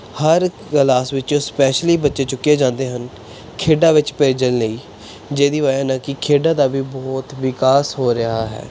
ਹਰ class ਵਿੱਚੋਂ specially ਬੱਚੇ ਚੁੱਕੇ ਜਾਂਦੇ ਹਨ ਖੇਡਾਂ ਵਿੱਚ ਭੇਜਣ ਲਈ ਜਿਹਦੀ ਵਜ੍ਹਾ ਨਾਲ ਕਿ ਖੇਡਾਂ ਦਾ ਵੀ ਬਹੁਤ ਵਿਕਾਸ ਹੋ ਰਿਹਾ ਹੈ